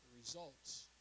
results